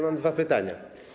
Mam dwa pytania.